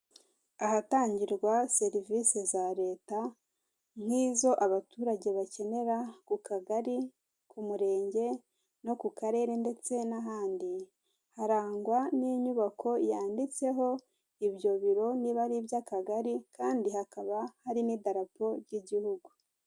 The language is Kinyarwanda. Ahatangirwa serivise za leta nk'izo abaturage bakenera ku kagari, ku murenge no ku karere ndetse n'ahandi, harangwa n'inyubako yanditseho ibyo biro niba ari iby'akagari kandi hakaba hari n'idarapo ry'igihugu.